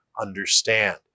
understand